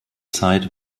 zeit